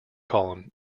column